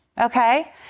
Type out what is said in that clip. okay